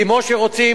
כמו שרוצים